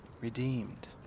redeemed